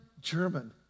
German